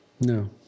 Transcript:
No